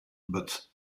but